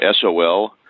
SOL